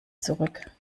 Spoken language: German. zurück